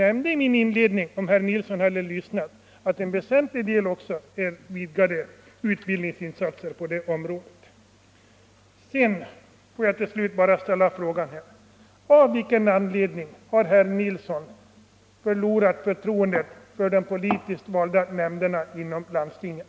Om herr Nilsson hade lyssnat skulle han ha hört = m.m. att jag i mitt inledningsanförande nämnde, att en viktig del är utvidgade utbildningsinsatser på det fackliga området. Får jag till slut bara ställa frågan: Av vilken anledning har herr Nilsson förlorat förtroendet för de politiskt valda nämnderna inom landstingen?